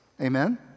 Amen